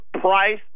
price